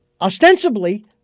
ostensibly